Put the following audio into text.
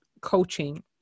coaching